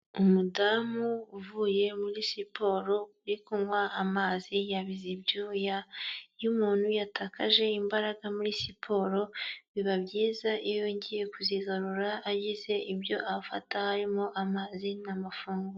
Umudamu uvuye muri siporo uri kunywa amazi yabize ibyuya, iyo umuntu yatakaje imbaraga muri siporo, biba byiza iyo yongeye kuzigarura agize ibyo afata, harimo amazi n'amafunguro.